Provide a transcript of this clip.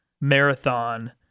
marathon